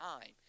time